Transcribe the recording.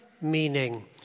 meaning